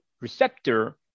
receptor